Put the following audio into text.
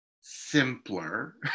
simpler